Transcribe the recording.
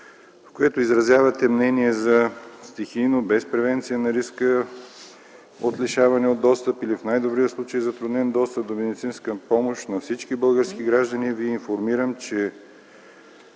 в което изразявате мнение за „стихийно, без превенция на риска от лишаване от достъп или в най-добрия случай затруднен достъп до медицинска помощ на всички български граждани”, ви информирам, че